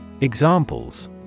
Examples